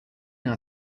are